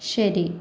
ശരി